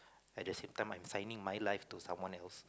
at the same time I'm signing my life to someone else